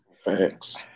thanks